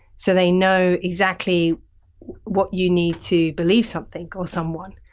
so they know exactly what you need to believe something or someone.